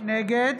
נגד